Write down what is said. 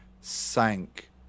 sank